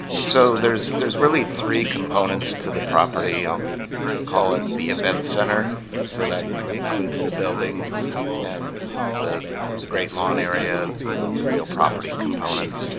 so there's there's really three components to the property, i'll call it the events center so that includes the buildings and the the great lawn area the the real property components.